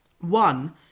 One